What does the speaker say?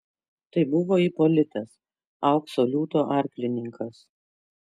tai buvo ipolitas aukso liūto arklininkas